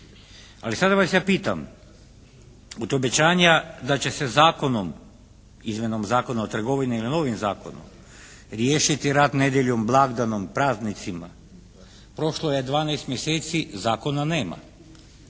Ali sad vas ja pitam od obećanja da će se zakonom, izmjenom Zakona o trgovini ili novim zakonom riješiti rad nedjeljom, blagdanom, praznicima. Prošlo je 12 mjeseci zakona nema.